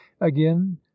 Again